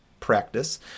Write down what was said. practice